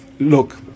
look